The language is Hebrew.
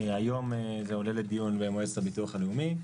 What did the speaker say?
היום זה עולה לדיון במועצת הביטוח הלאומי.